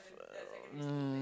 um